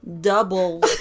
double